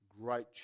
Great